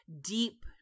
deep